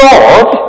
God